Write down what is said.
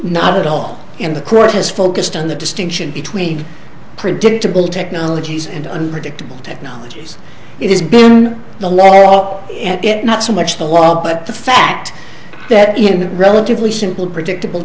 not at all in the court has focused on the distinction between predictable technologies and unpredictable technologies it has been the law well it not so much the law but the fact that in relatively simple predictable